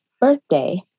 birthday